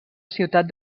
ciutat